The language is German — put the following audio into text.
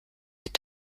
wird